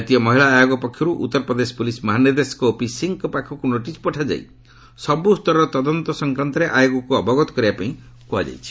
ଜାତୀୟ ମହିଳା ଆୟୋଗ ପକ୍ଷରୁ ଉତ୍ତରପ୍ରଦେଶ ପୁଲିସ୍ ମହାନିର୍ଦ୍ଦେଶକ ଓପି ସିଂହଙ୍କ ପାଖକ୍ ନୋଟିସ୍ ପଠାଯାଇ ସବ୍ ସ୍ତରର ତଦନ୍ତ ସଂକ୍ରାନ୍ତରେ ଆୟୋଗକ୍ତ ଅବଗତ କରାଇବା ପାଇଁ କୃହାଯାଇଛି